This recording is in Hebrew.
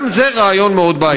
וגם זה רעיון מאוד בעייתי.